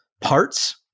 parts